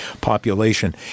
population